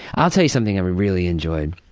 i'll tell you something i really enjoy.